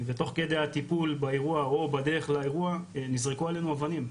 ותוך כדי הטיפול באירוע או בדרך לאירוע נזרקו עלינו אבנים,